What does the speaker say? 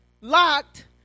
locked